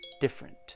different